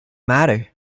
matter